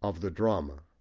of the drama.